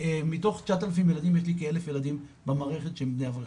מתוך תשעת אלפים ילדים יש לי כאלף ילדים במערכת שהם בני אברכים,